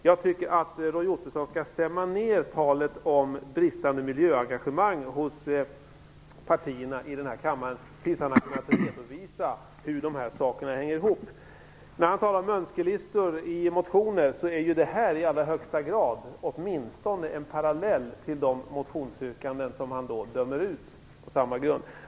Jag tycker att Roy Ottosson skall stämma ner talet om bristande miljöengagemang hos partierna i den här kammaren tills han kan redovisa hur sakerna hänger ihop. Det här är i allra högsta grad åtminstone en parallell till de motionsyrkanden som han dömer ut på samma grund.